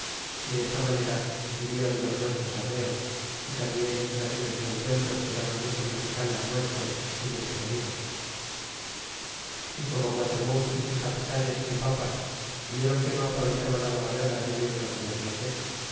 y desta manera vinieron dos noches arreo y tambien en aquellos rencuentros quedron muchos mexicanos muertos y muchos heridos y como guatemuz y sus capitanes y papas vieron que no aprovechaba nada la guerra que dieron aquellas noches